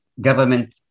government